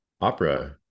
opera